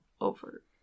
over